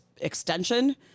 Extension